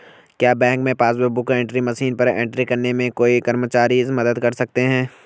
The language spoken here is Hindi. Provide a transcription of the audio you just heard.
क्या बैंक में पासबुक बुक एंट्री मशीन पर एंट्री करने में कोई कर्मचारी मदद कर सकते हैं?